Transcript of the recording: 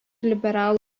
liberalų